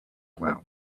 well